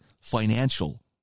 financial